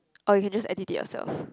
or you can just edit it yourself